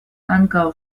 ankaŭ